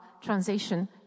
transition